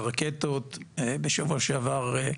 זריקות אבנים 1,369 אירועים,